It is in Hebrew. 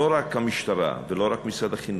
לא רק המשטרה ולא רק משרד החינוך,